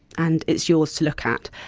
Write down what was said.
and it's yours to look at.